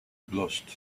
blushed